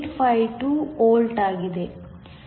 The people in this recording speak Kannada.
852 ವೋಲ್ಟ್ ಆಗಿದೆ